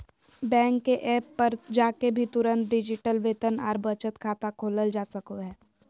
bank के app पर जाके भी तुरंत डिजिटल वेतन आर बचत खाता खोलल जा सको हय